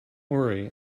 worry